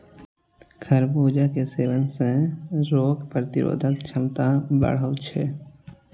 खरबूजा के सेवन सं रोग प्रतिरोधक क्षमता बढ़ै छै